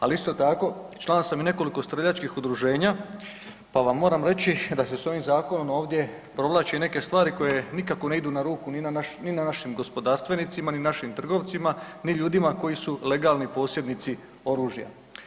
Ali, isto tako, član sam i nekoliko streljačkih udruženja, pa vam moram reći da se s ovim zakonom ovdje provlači neke stvari koje nikako ne idu na ruku ni na našim gospodarstvenicima ni našim trgovcima ni ljudima koji su legalni posjednici oružja.